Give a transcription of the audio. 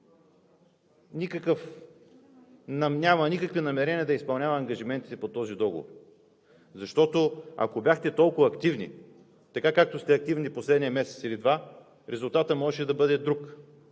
никакви намерения да изпълнява ангажиментите по този договор? Защото, ако бяхте толкова активни, както сте активни в последния месец или два, резултатът можеше да бъде друг.